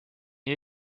nii